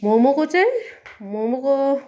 मोमोको चाहिँ मोमोको